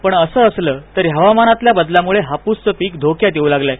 पण असं असलं तरी हवामानातल्या बदलामुळे हापूसच पिक धोक्यात येऊ लागलय